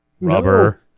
rubber